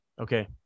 Okay